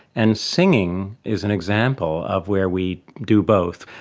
and singing is an example of where we do both,